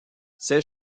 ces